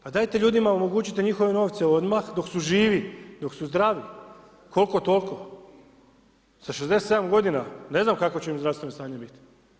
Pa dajte ljudima omogućite njihove novce odmah dok su živi, dok su zdravi koliko-toliko, sa 67 g. ne znam kakvo će zdravstveno stanje biti.